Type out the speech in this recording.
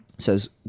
says